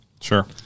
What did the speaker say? Sure